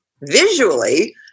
visually